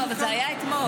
אבל זה היה אתמול.